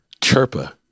Chirpa